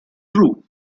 true